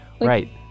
Right